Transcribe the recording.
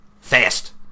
fast